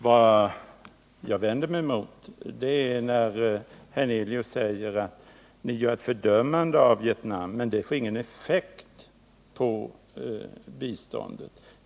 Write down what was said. Däremot vänder jag mig mot när herr Hernelius säger att vi fördömer Vietnam men att detta inte får någon effekt på biståndet.